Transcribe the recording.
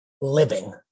Living